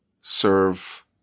serve